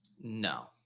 No